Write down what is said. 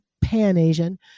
Pan-Asian